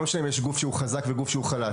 זה לא משנה אם יש גוף שהוא חזק וגוף שהוא חלש.